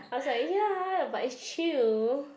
I was like ya but it's chill